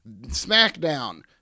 SmackDown